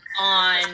on